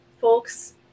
folks